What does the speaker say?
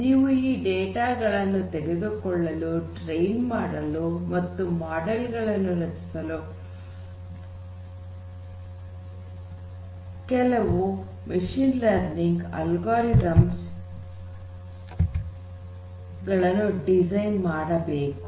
ನೀವು ಈ ಡೇಟಾ ಗಳನ್ನು ತೆಗೆದುಕೊಳ್ಳಲು ಟ್ರೈನ್ ಮಾಡಲು ಮತ್ತು ಮಾಡೆಲ್ ಗಳನ್ನು ರಚಿಸಲು ಕೆಲವು ಮಷೀನ್ ಲರ್ನಿಂಗ್ ಅಲ್ಗೊರಿದಮ್ಸ್ ಗಳನ್ನು ಡಿಸೈನ್ ಮಾಡಬೇಕು